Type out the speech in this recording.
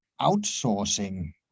outsourcing